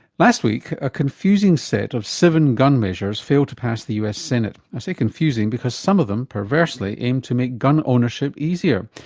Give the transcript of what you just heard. last week a confusing set of seven gun measures failed to pass the us senate. i say confusing because some of them, perversely, aimed to make gun ownership easier.